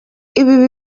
ibi